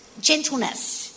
gentleness